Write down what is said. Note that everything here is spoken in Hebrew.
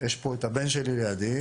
יש פה הבן שלי לידי,